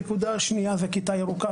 הנקודה השנייה זה כיתה ירוקה.